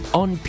on